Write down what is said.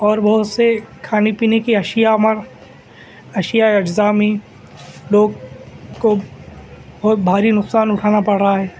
اور وہ اُسے کھانے پینے کی اشیاء ماں اشیا اجزا میں لوگ کو بہت بھاری نقصان اٹھانا پڑ رہا ہے